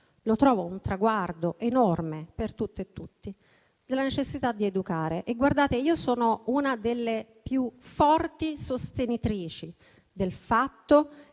lo trovo un traguardo enorme per tutte e tutti) della necessità di educare. Considerate che sono una delle più forti sostenitrici del fatto